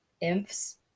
imps